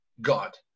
God